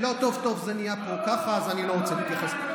למה לא עושים דיגום, כמו שבנט כתב בספר?